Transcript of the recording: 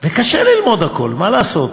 וקשה ללמוד הכול, מה לעשות.